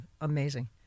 amazing